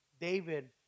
David